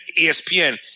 ESPN